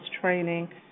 training